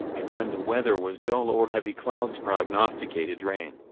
and when the weather was dull or heavy clouds prognosticated rain,